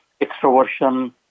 extroversion